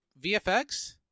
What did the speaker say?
VFX